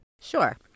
Sure